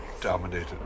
dominated